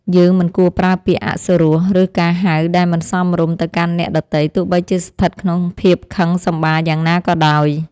យើងមិនគួរប្រើពាក្យអសុរោះ ឬការហៅដែលមិនសមរម្យទៅកាន់អ្នកដទៃទោះបីជាស្ថិតក្នុងភាពខឹងសម្បារយ៉ាងណាក៏ដោយ។